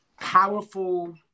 powerful